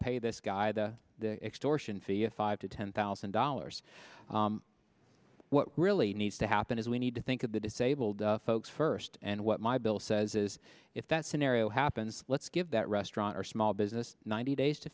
pay this guy the extortion fee of five to ten thousand dollars what really needs to happen is we need to think of the disabled folks first and what my bill says is if that scenario happens let's give that restaurant or small business ninety days to